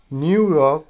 New York